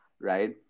right